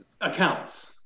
accounts